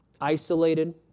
Isolated